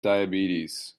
diabetes